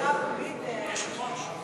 זה נשמע כמו מכירת פומבית, היושב-ראש.